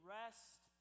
rest